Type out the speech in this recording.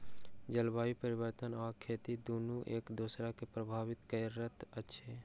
जलवायु परिवर्तन आ खेती दुनू एक दोसरा के प्रभावित करैत अछि